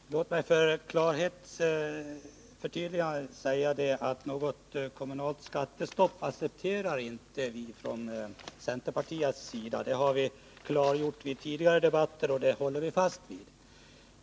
Herr talman! Låt mig för klarhetens skull säga att vi från centerns sida inte accepterar något kommunalt skattestopp. Det har vi klargjort vid tidigare debatter, och det håller vi fast vid.